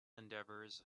endeavors